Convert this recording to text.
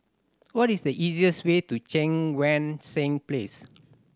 what is the easier's way to Cheang Wan Seng Place